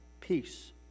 peace